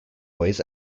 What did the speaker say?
buoys